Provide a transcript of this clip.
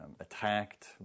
attacked